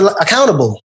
accountable